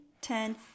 Ten